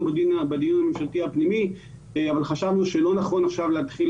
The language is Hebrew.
בדיון הממשלתי הפנימי אבל חשבנו שלא נכון עכשיו להתחיל